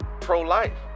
pro-life